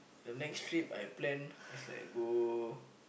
the next trip I plan is like go